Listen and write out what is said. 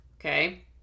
Okay